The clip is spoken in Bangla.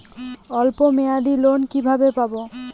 অল্প মেয়াদি লোন কিভাবে পাব?